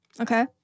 Okay